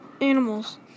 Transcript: animals